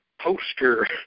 poster